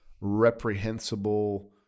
reprehensible